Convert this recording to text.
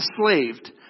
enslaved